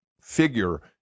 figure